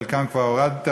את חלקם כבר הורדת,